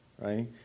right